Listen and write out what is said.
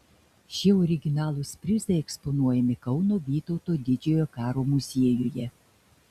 šie originalūs prizai eksponuojami kauno vytauto didžiojo karo muziejuje